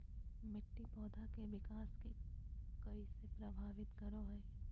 मिट्टी पौधा के विकास के कइसे प्रभावित करो हइ?